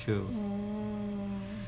mm